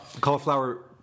cauliflower